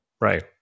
Right